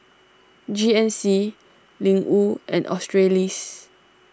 G N C Ling Wu and Australis